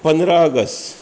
पंदरा ऑगस्ट